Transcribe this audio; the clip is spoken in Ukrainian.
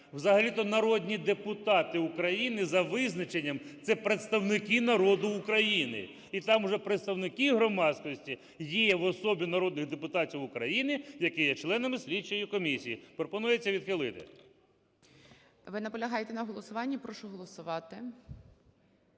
Взагалі-то народні депутати України, за визначенням, – це представники народу України. І там уже представники громадськості є в особі народних депутатів України, які є членами слідчої комісії. Пропонується відхилити. 12:01:22 ГОЛОВУЮЧИЙ. Ви наполягаєте на голосуванні? Прошу голосувати.